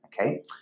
okay